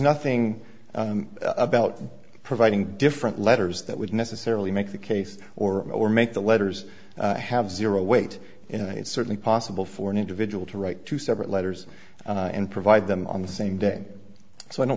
nothing about providing different letters that would necessarily make the case or or make the letters have zero weight and it's certainly possible for an individual to write two separate letters and provide them on the same day so i don't